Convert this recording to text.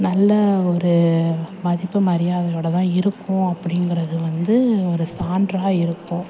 நல்ல ஒரு மதிப்பு மரியாதையோடுதான் இருக்கும் அப்படிங்கறது வந்து ஒரு சான்றாக இருக்கும்